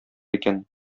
икән